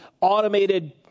automated